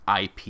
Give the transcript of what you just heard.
IP